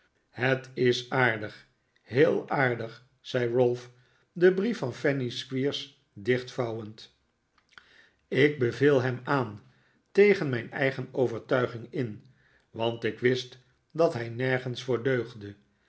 het is aardig heel aardig zei ralph den brief van fanny squeers dichtvouwend ik beveel hem aan tegen mijn eigen overtuiging in want ik wist dat hij nergens voor deugde